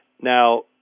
Now